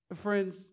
Friends